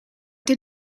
did